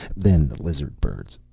then the lizard-birds,